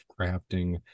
crafting